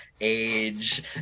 age